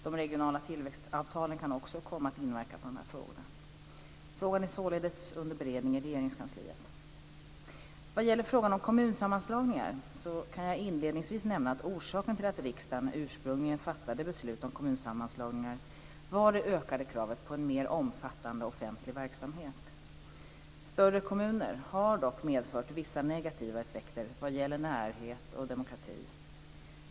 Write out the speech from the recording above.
De regionala tillväxtavtalen kan även komma att inverka på dessa frågor. Frågan är således under beredning i Regeringskansliet. Vad gäller frågan om kommunsammanslagningar kan jag inledningsvis nämna att orsaken till att riksdagen ursprungligen fattade beslut om kommunsammanslagningar var det ökade kravet på en mer omfattande offentlig verksamhet. Större kommuner har dock medfört vissa negativa effekter vad gäller närhet och demokrati.